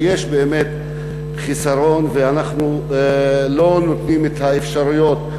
יש באמת חיסרון ואנחנו לא נותנים את האפשרויות,